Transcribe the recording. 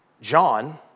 John